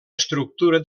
estructura